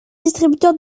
distributeur